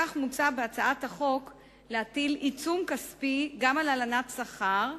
כך מוצע בהצעת החוק להטיל עיצום כספי גם על הלנת שכר,